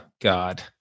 God